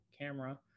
camera